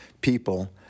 people